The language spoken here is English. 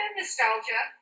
nostalgia